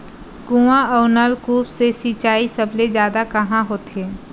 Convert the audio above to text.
कुआं अउ नलकूप से सिंचाई सबले जादा कहां होथे?